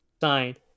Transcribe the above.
signed